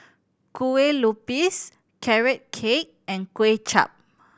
Kueh Lupis Carrot Cake and Kuay Chap